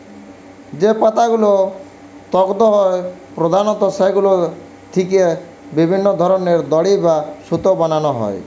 যে পাতাগুলো তন্তু হয় প্রধানত সেগুলো থিকে বিভিন্ন ধরনের দড়ি বা সুতো বানানা হয়